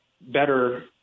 better